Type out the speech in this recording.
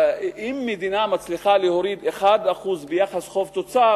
אם מדינה מצליחה להוריד 1% ביחס חוב תוצר,